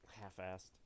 half-assed